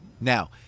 Now